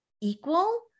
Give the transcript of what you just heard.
equal